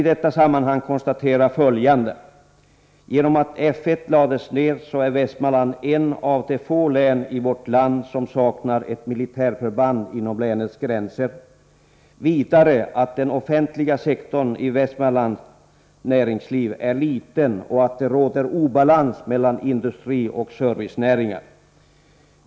I detta sammanhang konstaterar jag följande: Genom att F 1 lagts ned är Västmanland ett av de få län i vårt land som saknar ett militärförband inom länets gränser. Vidare är den offentliga sektorn inom Västmanlands näringsliv liten. Det råder obalans mellan industri och servicenäringar.